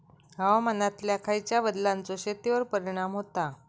हवामानातल्या खयच्या बदलांचो शेतीवर परिणाम होता?